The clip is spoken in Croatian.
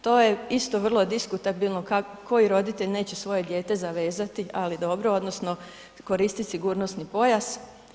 To je isto vrlo diskutabilno koji roditelj neće svoje dijete zavezati, ali dobro, odnosno koristiti sigurnosni pojas.